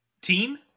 Team